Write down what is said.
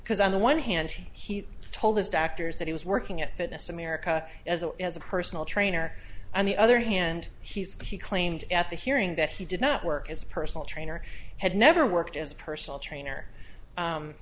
because on the one hand he told his doctors that he was working at fitness america as a as a personal trainer on the other hand he's been he claimed at the hearing that he did not work as a personal trainer had never worked as a personal trainer